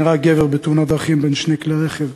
נהרג גבר בתאונת דרכים בין שני כלי רכב